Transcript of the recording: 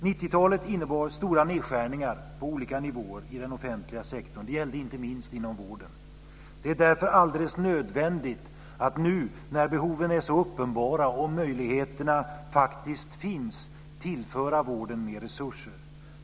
90-talet innebar stora nedskärningar på olika nivåer i den offentliga sektorn. Det gällde inte minst inom vården. Det är därför alldeles nödvändigt att nu när behoven är så uppenbara och möjligheterna faktiskt finns tillföra vården mer resurser.